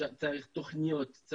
צריך תוכניות,